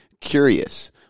curious